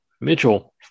Mitchell